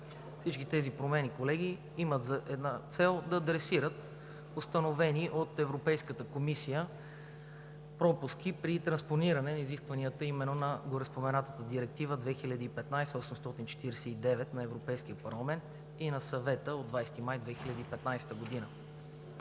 Всички тези промени, колеги, имат една цел – да адресират установени от Европейската комисия пропуски при транспониране на изискванията именно на гореспоменатата Директива 2015/849 на Европейския парламент и на Съвета от 20 май 2015 г.